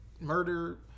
Murder